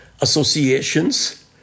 associations